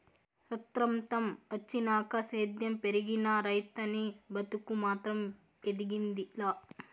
సొత్రంతం వచ్చినాక సేద్యం పెరిగినా, రైతనీ బతుకు మాత్రం ఎదిగింది లా